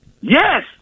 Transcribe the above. yes